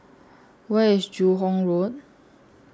Where IS Joo Hong Road